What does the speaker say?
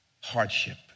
hardship